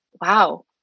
wow